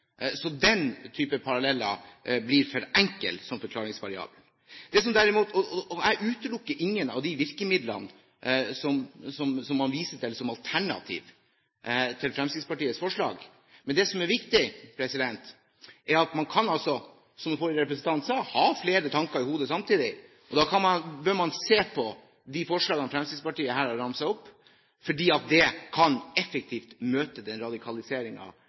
Så den type paralleller blir for enkel som forklaringsvariabel. Jeg utelukker ingen av de virkemidlene som man viser til som alternativer til Fremskrittspartiets forslag. Men det som er viktig, er at man kan – som den forrige representanten sa – ha flere tanker i hodet samtidig. Og da bør man se på de forslagene Fremskrittspartiet her har ramset opp, for det kan effektivt møte den